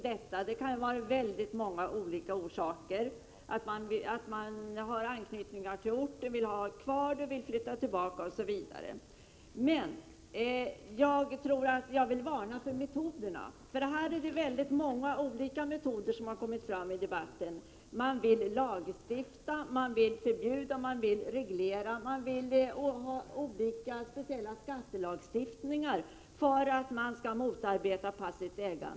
Det kan finnas många olika orsaker till detta — att man har en anknytning till orten och vill ha den kvar, att man vill flytta tillbaka, osv. Men jag vill varna för metoderna som föreslås för att motarbeta passivt ägande. Det är många olika metoder som föreslagits i debatten: Man vill lagstifta, man vill förbjuda, man vill reglera, man vill införa olika speciallagstiftningar.